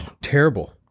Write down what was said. Terrible